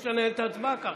אי-אפשר לנהל את ההצבעה ככה.